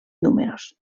números